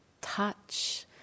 touch